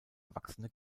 erwachsene